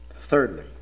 thirdly